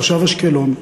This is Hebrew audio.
תושב אשקלון,